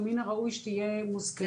ומן הראוי שתהיה מוזכרת פה.